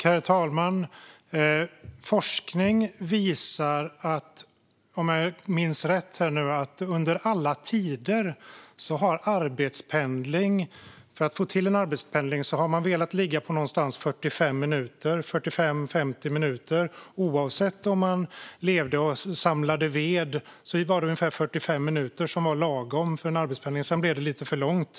Herr talman! Forskning när det gäller att få till arbetspendling visar, om jag minns rätt, att man under alla tider har velat ligga någonstans runt 45-50 minuter. Även om man levde av att samla ved var arbetspendling på ungefär 45 minuter lagom. Sedan blev det lite för långt.